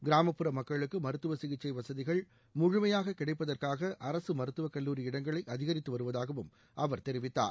கிராமப்புற மக்களுக்கு மருத்துவ சிகிச்சை வசதிகள் முழுமையாக கிடைப்பதற்காக அரசு மருத்துவக் கல்லூரி இடங்களை அதிகரித்துவருவதாகவும் அவர் தெரிவித்தார்